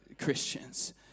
Christians